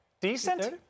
Decent